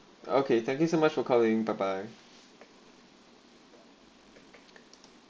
okay thank you so much for calling bye bye